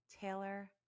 Taylor